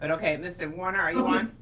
but okay, mr. warner, are you on?